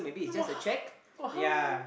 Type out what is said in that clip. !wah! !wah!